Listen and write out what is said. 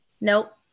Nope